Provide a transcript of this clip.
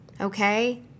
okay